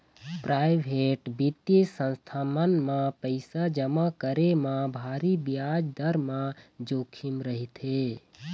private बित्तीय संस्था मन म पइसा जमा करे म भारी बियाज दर म जोखिम रहिथे